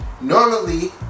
normally